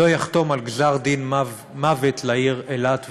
לא יחתום על גזר-דין מוות לעיר אילת ולערבה.